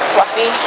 Fluffy